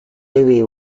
louis